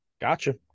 Gotcha